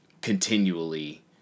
continually